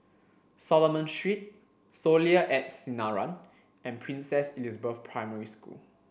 Solomon Street Soleil at Sinaran and Princess Elizabeth Primary School